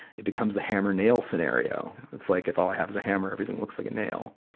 it becomes the hammer-nail scenario. it's like if all i have is a hammer, everything looks like a nail.